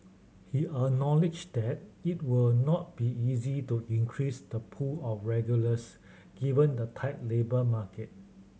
he acknowledged that it will not be easy to increase the pool of regulars given the tight labour market